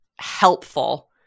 helpful